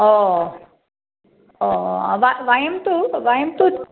ओ ओ वयं वयं तु वयं तु